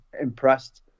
impressed